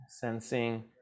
sensing